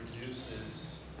reduces